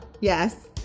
Yes